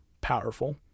powerful